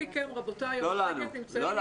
תיקון 11 לחוק החינוך המיוחד אושר ביולי 2018. זה